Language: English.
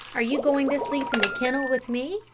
are you going to sleep in the kennel with me,